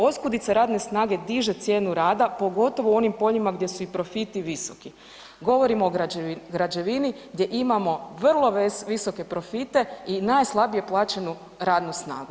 Oskudica radne snage diže cijenu rada pogotovo u onim poljima gdje su i profiti visoki, govorimo o građevini gdje imamo vrlo visoke profite i najslabije plaćenu radnu snagu.